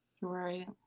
Right